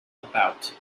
about